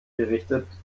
berichtet